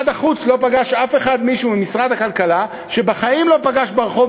אף אחד ממשרד החוץ לא פגש מישהו ממשרד הכלכלה שבחיים לא פגש ברחוב